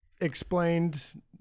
explained